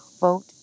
Vote